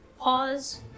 Pause